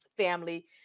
Family